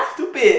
stupid